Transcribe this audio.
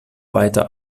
weiter